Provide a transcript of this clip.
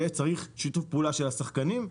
וצריך שיתוף פעולה של השחקנים.